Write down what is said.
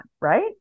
right